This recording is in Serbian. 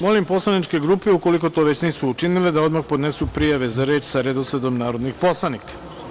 Molim poslaničke grupe, ukoliko to već nisu učinile, da odmah podnesu prijave za reč sa redosledom narodnih poslanika.